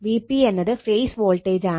Vp എന്നത് phase voltage ആണ്